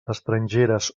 estrangeres